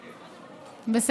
כן, תודה רבה.